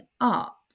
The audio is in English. up